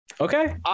Okay